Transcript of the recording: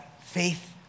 Faith